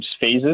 phases